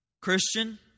Christian